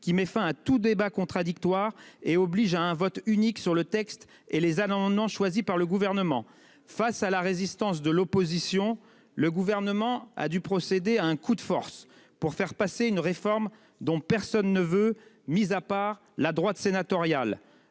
qui met fin à tout débat contradictoire et oblige à un vote unique sur le texte et les allant non choisi par le gouvernement face à la résistance de l'opposition, le gouvernement a dû procéder à un coup de force pour faire passer une réforme dont personne ne veut, mise à part la droite sénatoriale